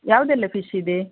ಯಾವುದೆಲ್ಲ ಫಿಶ್ ಇದೆ